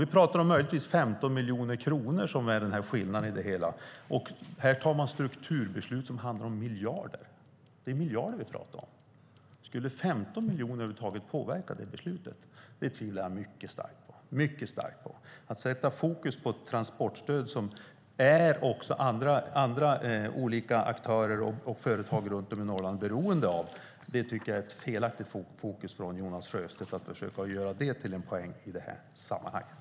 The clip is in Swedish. Vi talar om möjligtvis en skillnad på 15 miljoner kronor. Här fattas strukturbeslut som handlar om miljarder. Skulle 15 miljoner över huvud taget påverka beslutet? Det tvivlar jag mycket starkt på. Jag tycker att det är fel av Jonas Sjöstedt att sätta fokus på ett transportstöd som olika aktörer och företag i Norrland är beroende av.